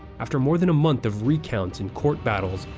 after more than a month of recounts and court battles,